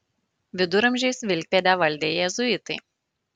viduramžiais vilkpėdę valdė jėzuitai